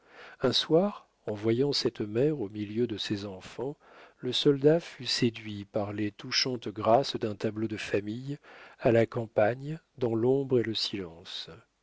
un soir en voyant cette mère au milieu de ses enfants le soldat fut séduit par les touchantes grâces d'un tableau de famille à la campagne dans l'ombre et le silence